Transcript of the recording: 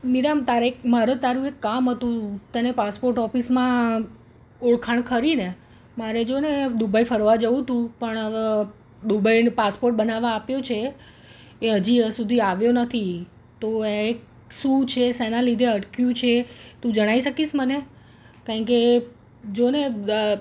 મીરા તારે મારે તારું એક કામ હતું તને પાસપોટ ઓફિસમાં ઓળખાણ ખરીને મારે જોને દુબઈ ફરવા જવું હતું પણ હવે દુબઈનો પાસપોટ બનાવવા આપ્યો છે એ હજી સુધી આવ્યો નથી તો એક શું છે શેના લીધે અટક્યું છે તું જણાવી શકીશ મને કારણ કે જો ને